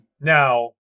Now